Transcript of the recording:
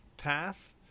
path